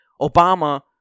Obama